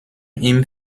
ihm